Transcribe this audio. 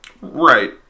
right